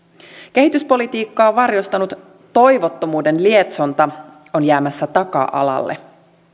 kehityspolitiikkaa varjostanut toivottomuuden lietsonta on jäämässä taka alalle